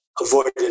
avoided